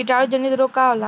कीटाणु जनित रोग का होला?